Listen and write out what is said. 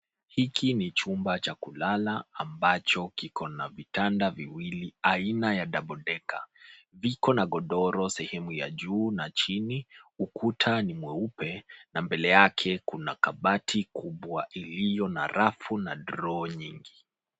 Hiki ni chumba cha kulala ambacho kiko na vitanda viwili aina ya double decker .Viko na godoro sehemu ya juu na chini ukuta ni mweupe na mbele yake kuna kabati kubwa iliyo na rafu na draw nyingi.